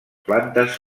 plantes